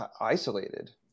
isolated